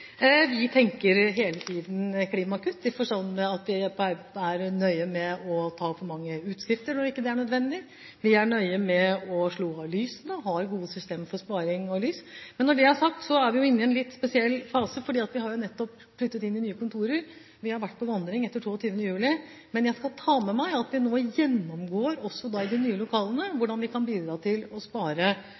Vi tenker hele tiden klimakutt i den forstand at vi er nøye med ikke å ta for mange utskrifter når det ikke er nødvendig, og vi er nøye med å slå av lysene og har gode systemer for sparing av lys. Når det er sagt, er vi inne i en litt spesiell fase, for vi har nettopp flyttet inn i nye kontorer. Vi har vært på vandring etter 22. juli, men jeg skal ta med meg at vi også i de nye lokalene gjennomgår hvordan vi kan bidra til å spare